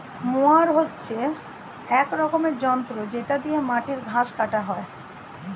mower হচ্ছে এক রকমের যন্ত্র যেটা দিয়ে মাটির ঘাস কাটা হয়